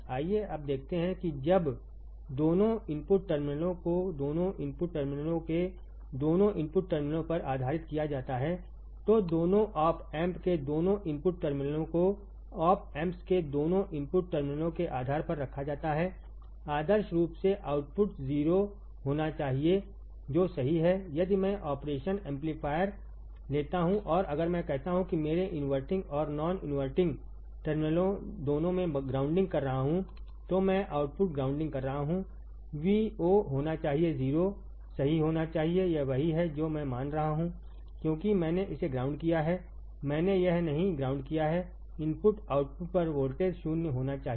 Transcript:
आइए अब देखते हैं कि जब दोनों इनपुट टर्मिनलों को दोनों इनपुट टर्मिनलों के दोनों इनपुट टर्मिनलों पर आधारित किया जाता है तो दोनों ऑप एम्प के दोनों इनपुट टर्मिनलों को आप एम्पस के दोनों इनपुट टर्मिनलों के आधार पर रखा जाता है आदर्श रूप से आउटपुट वोल्टेज 0 होना चाहिए जो सही है यदि मैं ऑपरेशन एम्पलीफायर लेता हूं और अगर मैं कहता हूं कि मेरे इन्वर्टिंग और नॉन इन्वर्टिंग टर्मिनलों दोनों मैं ग्राउंडिंग कर रहा हूं तो मैं आउटपुट ग्राउंडिंग कर रहा हूं Vo होना चाहिए 0 सही होना चाहिए यह वही है जो मैं मान रहा हूं क्योंकि मैंने इसे ग्राउंड किया है मैंने यह नहीं ग्राउंड किया है इनपुट आउटपुट पर वोल्टेज 0 होना चाहिए